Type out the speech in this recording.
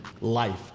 life